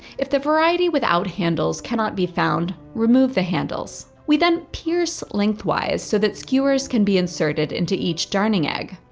if the variety without handles cannot be found, remove the handles. we then pierce lengthwise so that skewers can be inserted into each darning egg.